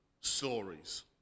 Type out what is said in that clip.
stories